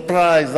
surprise,